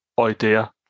idea